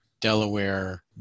Delaware